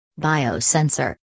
Biosensor